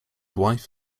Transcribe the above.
wife